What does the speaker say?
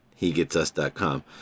HeGetsUs.com